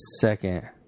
second